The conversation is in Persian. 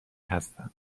هستند